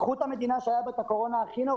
קחו את המדינה שבה היה המצב הקשה ביותר,